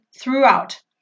throughout